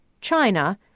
China